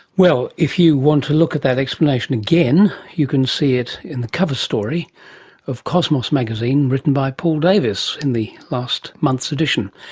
well, if you want to look at that explanation again, you can see it in the cover story of cosmos magazine written by paul davies in last last month's addition.